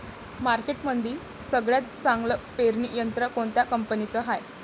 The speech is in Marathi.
मार्केटमंदी सगळ्यात चांगलं पेरणी यंत्र कोनत्या कंपनीचं हाये?